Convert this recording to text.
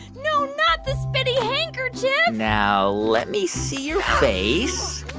no, not the spitty handkerchief yeah now let me see your face.